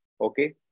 Okay